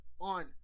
on